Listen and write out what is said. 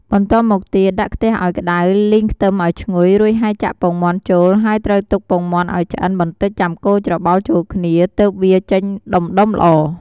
បន្ទាប់មកទៀតដាក់ខ្ទះឱ្យក្តៅ លីងខ្ទឹមឱ្យឈ្ងុយរួចហើយចាក់ពងមាន់ចូល ហើយ ត្រូវទុកពងមាន់ឱ្យឆ្អិនបន្តិចចាំកូរច្របល់ចូលគ្នា ទើបវាចេញដុំៗល្អ។